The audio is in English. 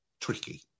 tricky